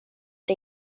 det